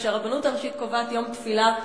וכשהרבנות הראשית קובעת יום תפילה,